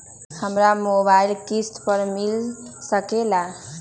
हमरा मोबाइल किस्त पर मिल सकेला?